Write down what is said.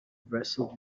vessel